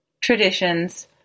Traditions